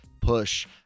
push